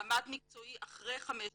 מעמד מקצועי אחרי חמש שנים,